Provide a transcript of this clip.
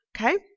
okay